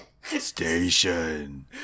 Station